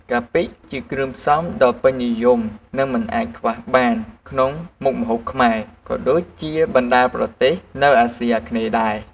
កាពិ ជាគ្រឿងផ្សំដ៏ពេញនិយមនិងមិនអាចខ្វះបានក្នុងមុខម្ហូបខ្មែរ ក៏ដូចជាបណ្តាប្រទេសនៅអាស៊ីអាគ្នេយ៍ដែរ។